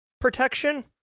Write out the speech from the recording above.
protection